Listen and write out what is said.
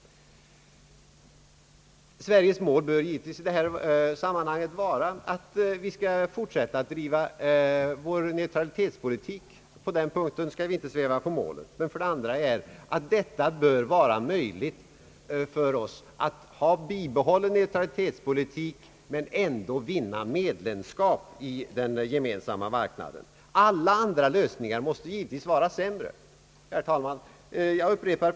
Sveriges mål bör i det här sammanhanget vara att vi skall fortsätta att driva vår neutralitetspolitik. På den punkten skall vi inte sväva på målet. Det bör vara möjligt för oss att bibehålla neutralitetspolitiken men ändå vinna medlemskap i den gemensamma marknaden. Alla andra lösningar måste givetvis vara sämre. Herr talman!